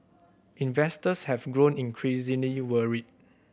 investors have grown increasingly worried